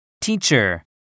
Teacher